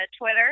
Twitter